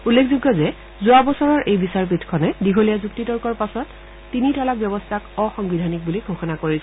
উল্লেখযোগ্য যে যোৱা বছৰৰ এই বিচাৰপীঠখনে দীঘলীয়া যুক্তি তৰ্কৰ পাছত তিনি তালাক ব্যৱস্থাক অসাংবিধানিক বুলি ঘোষণা কৰিছিল